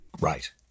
Right